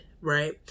right